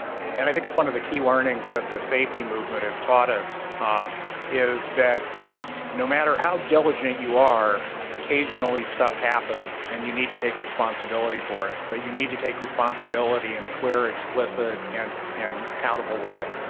and i think it's one of the key learnings that safety movement has taught us is that no matter how diligent you are occasionally stuff happens and you need to take responsibility for it but you need to take responsibility and a clear explicit and and accountable way.